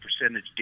percentage